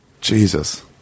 Jesus